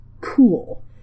cool